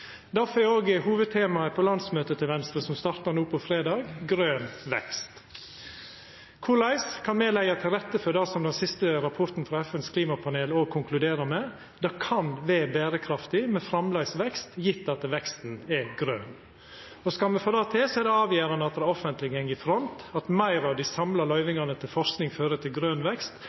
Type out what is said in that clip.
er òg hovudtemaet på landsmøtet til Venstre som startar på fredag, grøn vekst. Korleis kan me leggja til rette for det som den siste rapporten frå FNs klimapanel konkluderer med – at det kan vera berekraftig med framleis vekst, gjeve at veksten er grøn? Skal me få det til, er det avgjerande at det offentlege går i front, at meir av dei samla løyvingane til forsking fører til grøn vekst,